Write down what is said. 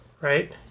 Right